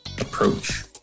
approach